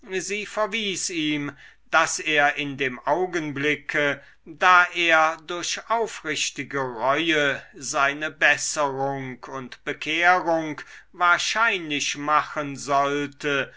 ihm daß er in dem augenblicke da er durch aufrichtige reue seine besserung und bekehrung wahrscheinlich machen sollte